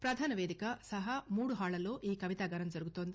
ప్రధానవేధిక సహామూడు హాళ్ళలో ఈ కవితాగానం జరుగుతోంది